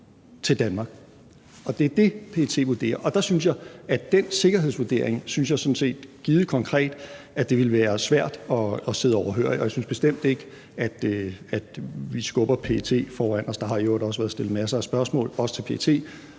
til Danmark. Det er det, PET vurderer. Og der synes jeg, at den konkrete sikkerhedsvurdering vil være svær at sidde overhørig, og jeg synes bestemt ikke, at vi skubber PET foran os. Der har i øvrigt også været stillet masser af spørgsmål, også til PET,